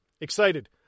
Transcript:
Excited